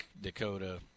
Dakota –